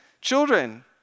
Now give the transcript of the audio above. children